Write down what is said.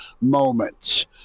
moments